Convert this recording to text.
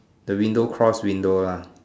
the window cross window lah